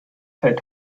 feld